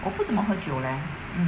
我不怎么喝酒 leh